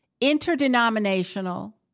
interdenominational